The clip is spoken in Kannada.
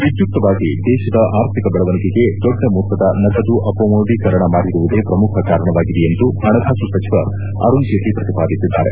ವಿಧ್ಯುಕ್ತವಾಗಿ ದೇಶದ ಆರ್ಥಿಕ ಬೆಳವಣಿಗೆಗೆ ದೊಡ್ಡ ಮೊತ್ತದ ನಗದು ಅಪಮೌಲೀಕರಣ ಮಾಡಿರುವುದೇ ಪ್ರಮುಖ ಕಾರಣವಾಗಿದೆ ಎಂದು ಹಣಕಾಸು ಸಚಿವ ಅರುಣ್ ಜೇಟ್ಲಿ ಪ್ರತಿಪಾದಿಸಿದ್ದಾರೆ